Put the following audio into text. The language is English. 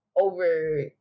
over